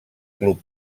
club